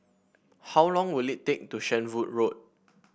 how long will it take to Shenvood Road